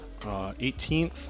18th